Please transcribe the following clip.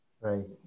Right